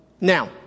Now